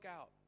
out